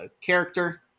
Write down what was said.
character